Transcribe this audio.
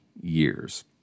years